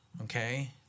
Okay